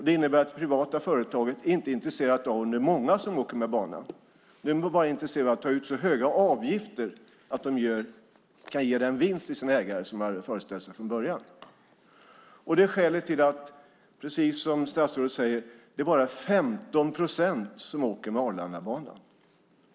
Det innebär att det privata företaget inte är intresserat av om det är många som åker med banan utan bara är intresserat av att ta ut så höga avgifter att den kan ge den vinst till sina ägare som man hade föreställt sig från början. Det är skälet till, precis som statsrådet säger, att det bara är 15 procent som åker med Arlandabanan.